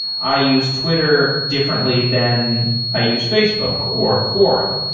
i use twitter differently than i use facebook or quora.